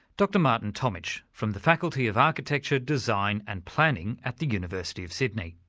dr martin tomitsch, from the faculty of architecture, design and planning at the university of sydney.